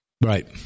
Right